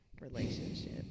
relationship